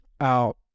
out